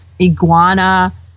iguana